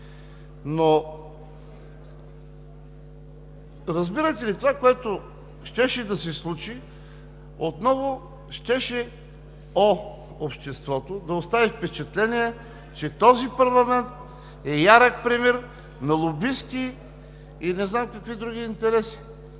но, разбирате ли, това, което щеше да се случи отново в обществото, щеше да остави впечатление, че този парламент е ярък пример на лобистки и не знам какви други интереси.